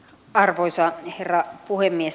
arvoisa herra puhemies